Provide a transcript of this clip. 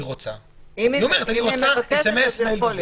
היא אומרת: אני רוצה סמ"ס, מייל וכו'.